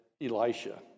Elisha